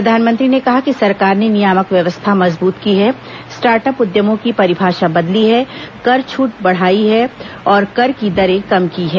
प्रधानमंत्री ने कहा कि सरकार ने नियामक व्यवस्था मजबूत की है स्टार्ट अप उद्यमों की परिभाषा बदली है कर छूट बढ़ाई है और कर की दरें कम की हैं